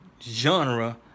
genre